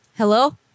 Hello